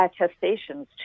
attestations